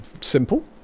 simple